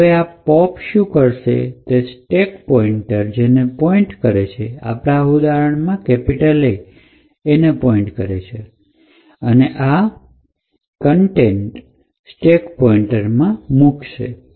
તો હવે આપ પોપ શું કરશે કે તે સ્ટેક પોઇન્ટર જેને પોઇન્ટ કરે છે આપણા આ ઉદાહરણમાં A ને પોપ કરશે અને આ કન્ટેન્ટ સ્ટેક પોઇન્ટર માં મુકશે